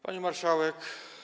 Pani Marszałek!